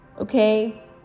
Okay